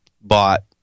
bought